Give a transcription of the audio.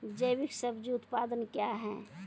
जैविक सब्जी उत्पादन क्या हैं?